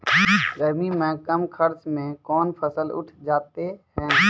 गर्मी मे कम खर्च मे कौन फसल उठ जाते हैं?